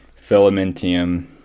Filamentium